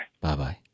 Bye-bye